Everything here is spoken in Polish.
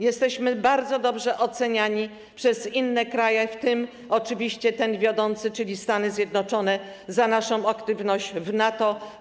Jesteśmy bardzo dobrze oceniani przez inne kraje, w tym oczywiście przez ten wiodący, czyli Stany Zjednoczone, za naszą aktywność w NATO.